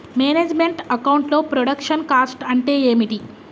Manage meant account లో production cost అంటే ఏమిటి?